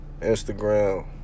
Instagram